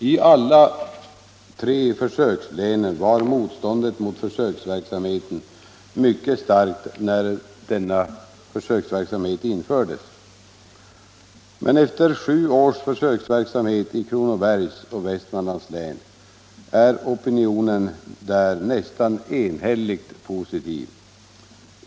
I alla tre försökslänen var motståndet mot försöksverksamheten mycket starkt, när den infördes. Men efter sju års försöksverksamhet i Kronobergs och Västmanlands län är opinionen nästan enhälligt positiv.